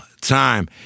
time